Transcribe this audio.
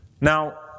Now